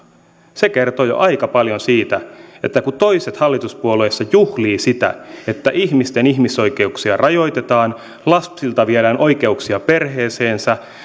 se kertoo jo aika paljon että kun toiset hallituspuolueessa juhlivat sitä että ihmisten ihmisoikeuksia rajoitetaan lapsilta viedään oikeuksia perheeseensä